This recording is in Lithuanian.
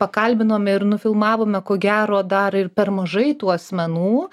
pakalbinom ir nufilmavome ko gero dar ir per mažai tų asmenų